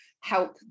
Help